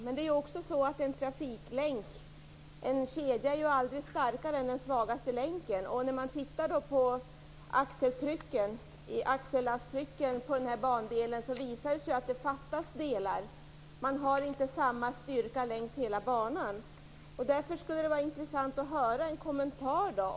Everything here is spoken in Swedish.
Men det är en trafiklänk. En kedja är ju aldrig starkare än den svagaste länken. Vid en översyn av axellasttrycken på banan har det visat sig att det fattas delar. Det råder inte samma styrka längs hela banan. Därför skulle det vara en intressant att få höra en kommentar.